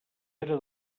era